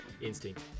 Instinct